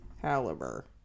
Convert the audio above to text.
caliber